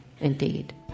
indeed